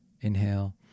Inhale